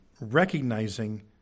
recognizing